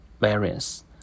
variance